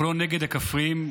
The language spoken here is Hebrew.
אנחנו לא נגד הכפריים,